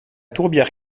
tourbière